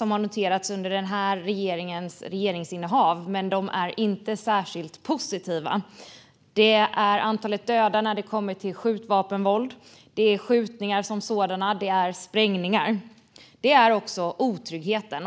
har noterats under den här regeringens regeringsinnehav, men de är inte särskilt positiva. Det handlar om antalet döda på grund av skjutvapenvåld och om skjutningar och sprängningar. Det handlar också om otryggheten.